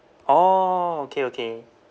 orh okay okay